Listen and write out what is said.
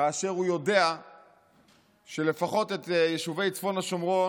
כאשר הוא יודע שלפחות את יישובי צפון השומרון